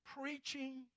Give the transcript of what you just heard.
Preaching